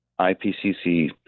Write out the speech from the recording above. IPCC